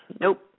Nope